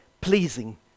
pleasing